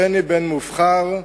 בני בן-מובחר,